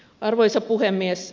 arvoisa puhemies